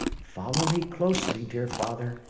follow me closely, dear father,